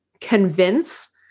convince